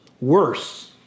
Worse